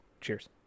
cheers